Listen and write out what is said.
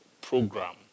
program